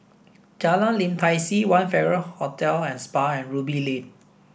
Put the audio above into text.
Jalan Lim Tai See One Farrer Hotel and Spa and Ruby Lane